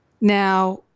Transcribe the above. Now